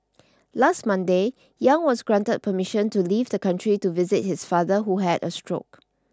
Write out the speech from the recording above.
last Monday Yang was granted permission to leave the country to visit his father who had a stroke